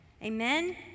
Amen